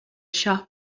shop